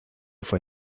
fue